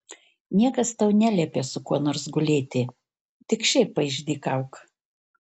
niekas tau neliepia su kuo nors gulėti tik šiaip paišdykauk